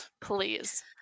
Please